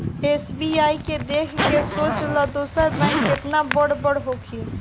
SBI के देख के सोच ल दोसर बैंक केतना बड़ बड़ होखी